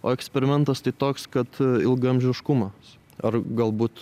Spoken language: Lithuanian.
o eksperimentas tai toks kad ilgaamžiškumas ar galbūt